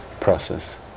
process